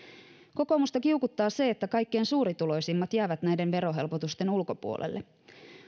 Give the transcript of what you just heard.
kokoomusta kiukuttaa se että kaikkein suurituloisimmat jäävät näiden verohelpotusten ulkopuolelle